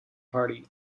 party